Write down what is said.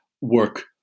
Work